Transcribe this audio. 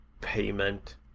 payment